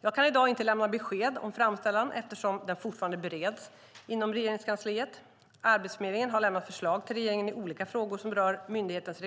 Jag kan i dag inte lämna besked om framställan eftersom den fortfarande bereds inom Regeringskansliet. Arbetsförmedlingen har lämnat förslag till regeringen i olika frågor som rör myndighetens